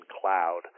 cloud